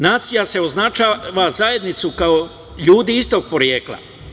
Nacija označava zajednicu ljudi istog porekla.